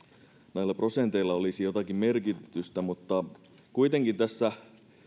näillä prosenteilla olisi jotakin merkitystä mutta kuitenkin tässä